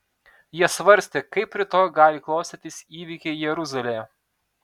jie svarstė kaip rytoj gali klostytis įvykiai jeruzalėje